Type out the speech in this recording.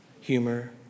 humor